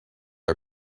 are